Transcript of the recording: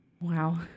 Wow